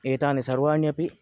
एतानि सर्वाणि अपि